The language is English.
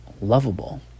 lovable